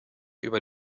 über